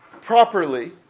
properly